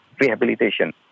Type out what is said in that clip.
rehabilitation